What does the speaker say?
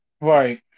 Right